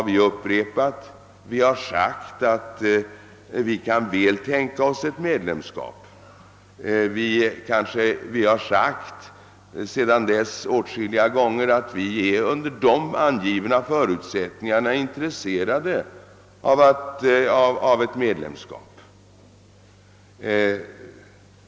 Vi har också sedan dess åtskilliga gånger upprepat att vi under dessa angivna förutsättningar är intresserade av ett medlemskap.